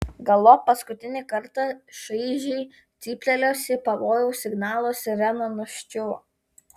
galop paskutinį kartą šaižiai cyptelėjusi pavojaus signalo sirena nuščiuvo